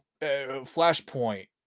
Flashpoint